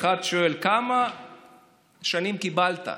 האחד שואל, כמה שנים קיבלת?